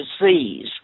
disease